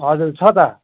हजुर छ त